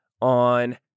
on